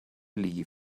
levee